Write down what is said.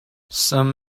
some